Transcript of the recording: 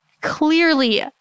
clearly